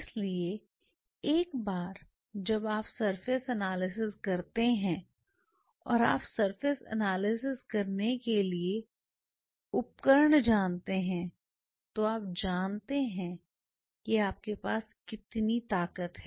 इसलिए एक बार जब आप सरफेस एनालिसिस करते हैं या आप सरफेस एनालिसिस करने के लिए उपकरण जानते हैं तो आप जानते हैं कि आपके पास कितनी शक्ति है